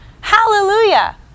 Hallelujah